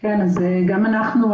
גם אנחנו,